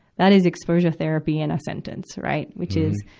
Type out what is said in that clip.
that is exposure therapy in a sentence, right, which is,